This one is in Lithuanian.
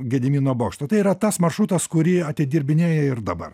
gedimino bokšto tai yra tas maršrutas kurį atidirbinėja ir dabar